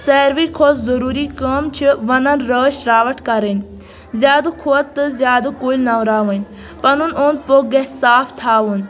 ساروٕے کھۄتہٕ ضروٗری کٲم چھِ ونن رٲچھ راوٹھ کَرٕنۍ زیادٕ کھۄتہٕ تہٕ زیادٕ کُلۍ نوٚوراوٕنۍ پَنُن اوٚند پوٚک گژھِ صاف تھاوُن